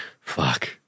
Fuck